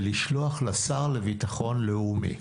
ולשלוח לשר לביטחון לאומי,